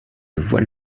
voile